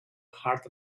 hard